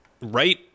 right